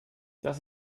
das